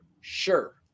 sure